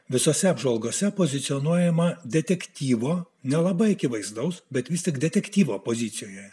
visose apžvalgose pozicionuojama detektyvo nelabai akivaizdaus bet vis tik detektyvo pozicijoje